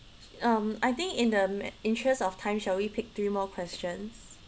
um I think in the m~ interests of time shall we pick three more questions